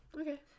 Okay